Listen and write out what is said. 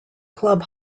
club